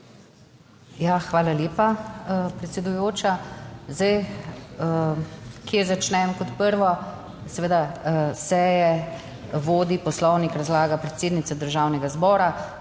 Ja, hvala lepa, predsedujoča. Zdaj, kje začnem? Kot prvo, seveda seje vodi Poslovnik, razlaga predsednice Državnega zbora,